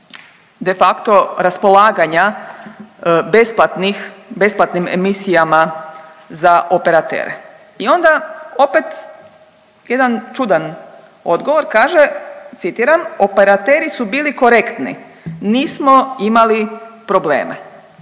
de facto raspolaganja besplatnih, besplatnim emisijama za operatere. I onda opet jedan čudan odgovor, kaže citiram operateri su bili korektni, nismo imali probleme.